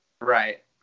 Right